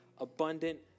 abundant